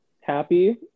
happy